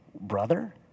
Brother